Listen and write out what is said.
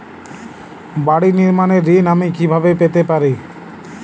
বাড়ি নির্মাণের ঋণ আমি কিভাবে পেতে পারি?